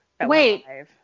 Wait